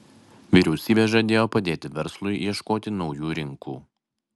vyriausybė žadėjo padėti verslui ieškoti naujų rinkų